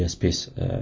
Space